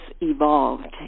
evolved